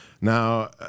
Now